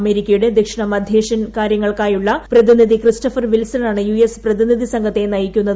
അമേരിക്കയുടെ ദക്ഷിണ മധ്യ ഏഷ്യൻ കാര്യങ്ങൾക്കായുള്ള പ്രതിനിധി ക്രിസ്റ്റഫർ വിൽസണാണ് യു എസ് പ്രതിനിധി സംഘത്തെ നയിക്കുന്നത്